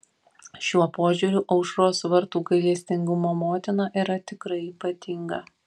šiuo požiūriu aušros vartų gailestingumo motina yra tikrai ypatinga